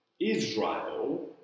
Israel